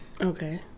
Okay